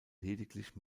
lediglich